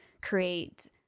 create